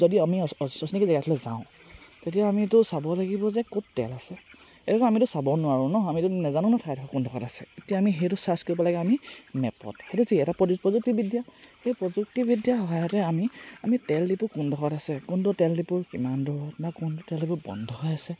যদি আমি অচিনাকী জেগা এটালে যাওঁ তেতিয়া আমিটো চাব লাগিব যে ক'ত তেল আছে এইটোতো আমিতো চাব নোৱাৰোঁ ন আমিতো নেজানো ন ঠাইডোখৰ কোন ডোখৰত আছে এতিয়া আমি সেইটো চাৰ্চ কৰিব লাগে আমি মেপত সেইটো যি এটা প্ৰযুক্তিবিদ্যা সেই প্ৰযুক্তিবিদ্যাৰ সহায়তে আমি আমি তেল ডিপুৰ কোনডোখৰত আছে কোনটো তেল ডিপুৰ কিমান দূৰত বা কোনটো তেল ডিপু বন্ধ হৈ আছে